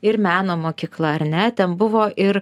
ir meno mokykla ar ne ten buvo ir